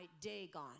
Dagon